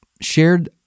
shared